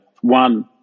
one